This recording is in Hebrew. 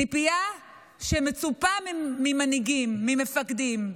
ציפייה שמצופה ממנהיגים, ממפקדים: